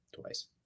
twice